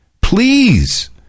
Please